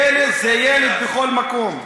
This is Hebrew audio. ילד זה ילד בכל מקום.